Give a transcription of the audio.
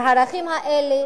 והערכים האלה